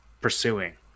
pursuing